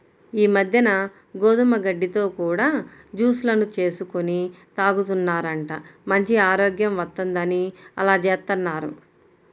ఈ మద్దెన గోధుమ గడ్డితో కూడా జూస్ లను చేసుకొని తాగుతున్నారంట, మంచి ఆరోగ్యం వత్తందని అలా జేత్తన్నారు